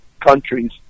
countries